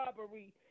robbery